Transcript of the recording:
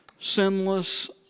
sinless